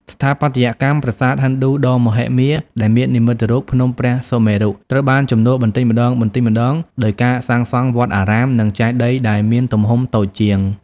ស្ថាបត្យកម្មប្រាសាទហិណ្ឌូដ៏មហិមាដែលមាននិមិត្តរូបភ្នំព្រះសុមេរុ ត្រូវបានជំនួសបន្តិចម្តងៗដោយការសាងសង់វត្តអារាមនិងចេតិយដែលមានទំហំតូចជាង